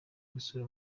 gusura